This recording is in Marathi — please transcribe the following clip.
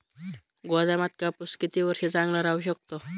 गोदामात कापूस किती वर्ष चांगला राहू शकतो?